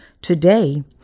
Today